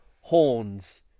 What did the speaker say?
horns